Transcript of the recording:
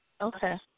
Okay